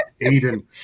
Aiden